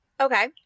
Okay